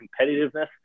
competitiveness